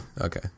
okay